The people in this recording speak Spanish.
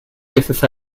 veces